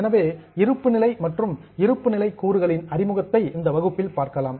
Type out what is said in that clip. எனவே இருப்பு நிலை மற்றும் இருப்பு நிலை கூறுகளின் அறிமுகத்தை இந்த வகுப்பில் பார்க்கலாம்